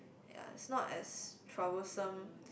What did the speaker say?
ya it's not as troublesome